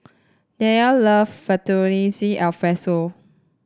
Dyllan love Fettuccine Alfredo